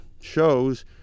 shows